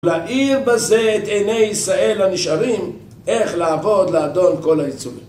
להאיר בזה את עיני ישראל הנשארים, איך לעבוד לאדון כל היצורים.